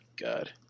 God